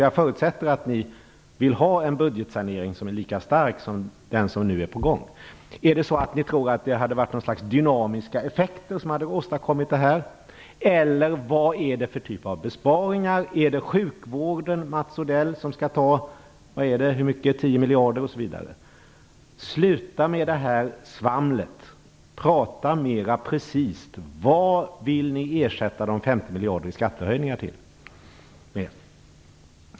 Jag förutsätter att ni vill ha en budgetsanering som är lika kraftfull som den som nu är på gång. Är det så att ni tror att något slags dynamiska effekter hade åstadkommit det här, eller vad tänker ni er för typ av besparingar? Är det sjukvården, Mats Odell, som skall stå för kanske 10 miljarder i besparingar, osv? Sluta med det här svamlet! Prata mera precist! Vad vill ni ersätta de 50 miljarderna i skattehöjningar med?